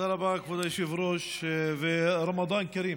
תודה רבה, כבוד היושב-ראש, ורמדאן כרים.